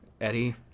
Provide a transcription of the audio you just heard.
eddie